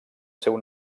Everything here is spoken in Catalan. seu